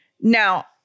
Now